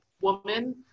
woman